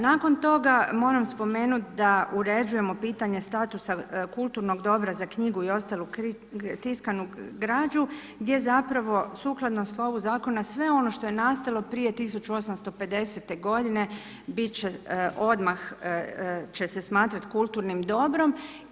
Nakon toga moram spomenuti da uređujemo pitanje statusa kulturnog dobra za knjigu i ostalu tiskanu građu gdje zapravo sukladno slovu zakona sve ono što je nastalo prije 1850. godine biti će, odmah će se smatrati kulturnim dobrom.